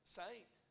saint